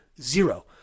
Zero